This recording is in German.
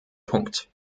punkt